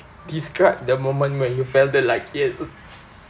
describe the moment when you felt the luckiest